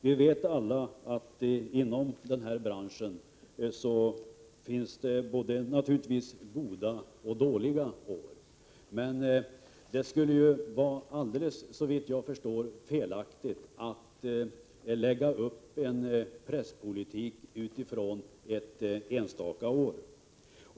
Vi vet alla att det inom denna bransch finns både goda och dåliga år, och det skulle vara helt felaktigt att lägga upp presspolitiken med utgångspunkt i ett enstaka år.